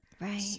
right